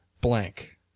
blank